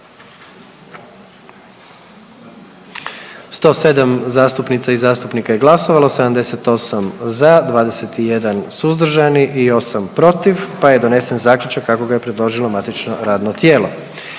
112 zastupnica i zastupnika je glasovalo, 76 za, 27 suzdržanih i 9 protiv pa je donesen Zaključak kako su ga predložila saborska radna tijela.